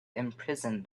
imprison